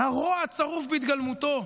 הרוע הצרוף בהתגלמותו.